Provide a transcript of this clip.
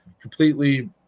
completely